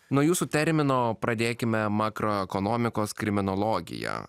nuo jūsų termino pradėkime makroekonomikos kriminologija